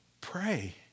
pray